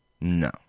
No